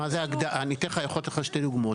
אני יכול לתת לך שתי דוגמאות.